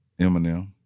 Eminem